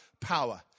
power